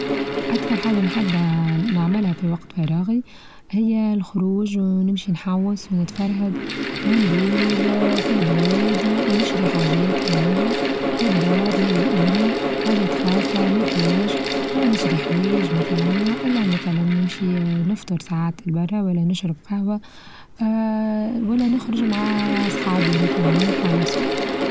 أكثر حاچة نحبها نعملها في وقت فراغي هي الخروچ ونمشي نحوص ونتفرهد وندور آآ في البلاد نشري حاچات معناها للدار لي انا حاچات خاصة مكياج ولا نشري حوايچ مثلا وإلا مثلا نمشي آآ نفطر ساعات لي برا ولا نشرب قهوة آآ ولا نخرچ مع آآ صحابي مثلا نحوص.